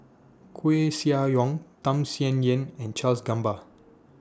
Koeh Sia Yong Tham Sien Yen and Charles Gamba